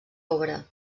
obra